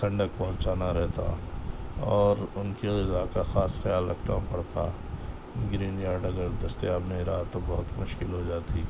ٹھنڈک پہنچانا رہتا اور ان کے غذا کا خاص خیال رکھنا پڑتا گرین یارڈ اگر دستیاب نہیں رہا تو بہت مشکل ہو جاتی